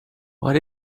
what